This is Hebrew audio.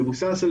מבוסס על